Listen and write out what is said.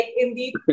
indeed